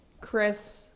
Chris